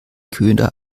köder